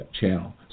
channel